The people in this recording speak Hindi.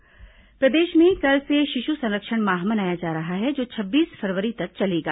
शिशु संरक्षण सप्ताह प्रदेश में कल से शिशु संरक्षण माह मनाया जा रहा है जो छब्बीस फरवरी तक चलेगा